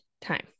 time